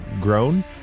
grown